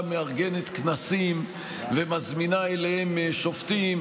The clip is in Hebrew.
מארגנת כנסים ומזמינה אליהם שופטים,